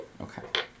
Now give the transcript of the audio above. Okay